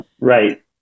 Right